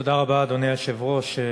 תודה רבה, אדוני היושב-ראש.